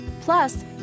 Plus